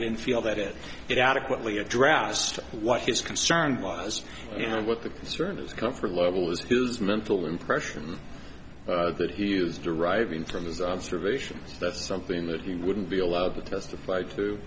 didn't feel that it adequately addressed what his concern was and what the concern is comfort level is his mental impression that he is deriving from his observations that's something that he wouldn't be allowed to testify to